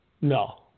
No